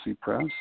Press